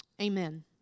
amen